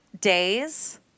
days